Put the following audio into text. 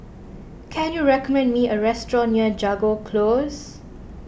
can you recommend me a restaurant near Jago Close